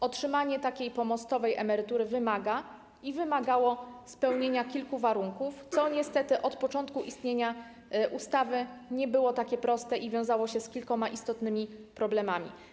Otrzymanie takiej pomostowej emerytury wymaga i wymagało spełnienia kilku warunków, co niestety od początku istnienia ustawy nie było takie proste i wiązało się z kilkoma istotnymi problemami.